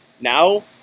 Now